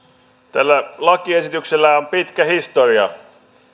tällä lakiesityksellä on pitkä historia